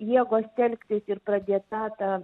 jėgos telktis ir pradėta ta